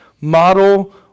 Model